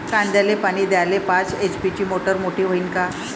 कांद्याले पानी द्याले पाच एच.पी ची मोटार मोटी व्हईन का?